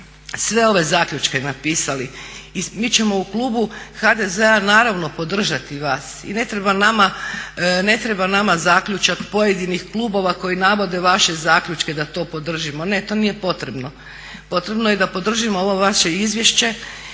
sve ove zaključke napisali. I mi ćemo u klubu HDZ-a naravno podržati vas i ne treba nama zaključak pojedinih klubova koji navode vaše zaključke da to podržimo, ne to nije potrebno, potrebno je da podržimo ovo vaše izvješće